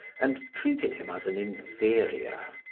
and treated him as an inferior.